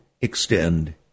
extend